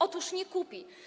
Otóż nie kupi.